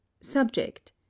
subject